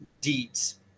deeds